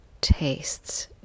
tastes